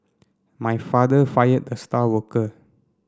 my father fired the star worker